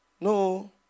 No